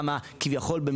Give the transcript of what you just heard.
וכמה "כביכול".